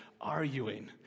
arguing